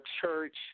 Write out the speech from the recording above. church